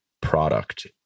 product